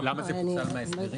למה זה פוצל מההסדרים?